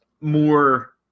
more –